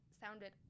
sounded